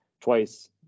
twice